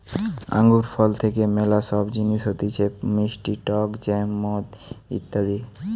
আঙ্গুর ফল থেকে ম্যালা সব জিনিস হতিছে মিষ্টি টক জ্যাম, মদ ইত্যাদি